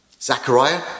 Zechariah